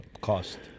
cost